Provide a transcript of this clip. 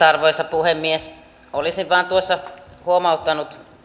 arvoisa puhemies olisin vain huomauttanut